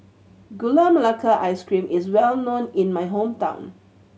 Gula Melaka Ice Cream is well known in my hometown